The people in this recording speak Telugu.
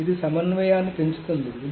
కాబట్టి ఇది సమన్వయాన్ని పెంచుతుంది